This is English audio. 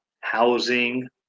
housing